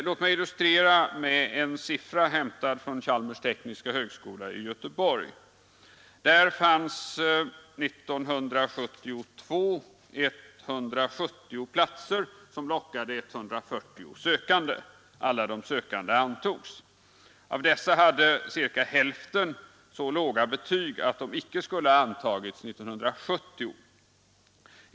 Låt mig illustrera med siffror hämtade från Chalmers tekniska högskola i Göteborg. År 1972 fanns där 170 platser som lockade 140 sökande. Alla de sökande antogs. Av dessa hade ca hälften så låga betyg att de inte skulle ha antagits år 1970.